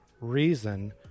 Reason